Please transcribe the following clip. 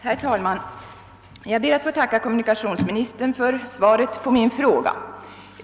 Herr talman! Jag ber att få tacka kommunikationsministern för svaret på min fråga.